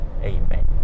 Amen